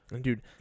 dude